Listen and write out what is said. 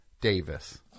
Davis